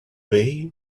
way